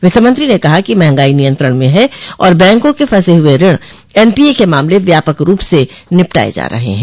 वित्तमंत्री ने कहा कि महंगाई नियंत्रण में है और बैंको के फंसे हुए ऋण एनपीए के मामले व्यापक रूप से निपटाये जा रहे हैं